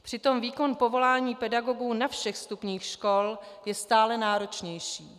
Přitom výkon povolání pedagogů na všech stupních škol je stále náročnější.